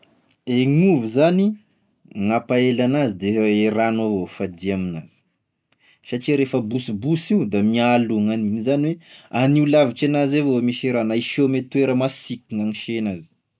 E gn'ovy zany, mampaela an'azy de e rano avao i fadia amin'azy, satria refa bosibosy io da mihaloa gn'any io, izany hoe agnio lavitr'enazy avao misy raha no, na hiseo ame toera masiky gn'agnise en'azy, zay.